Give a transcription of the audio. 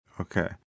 Okay